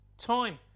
time